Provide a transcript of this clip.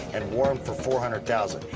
and one um for four hundred thousand